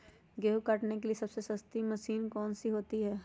गेंहू काटने के लिए सबसे सस्ती मशीन कौन सी होती है?